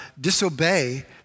disobey